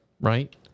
right